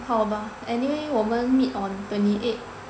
好吧 anyway 我们 meet on twenty eight